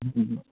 হুম হুম হুম